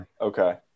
Okay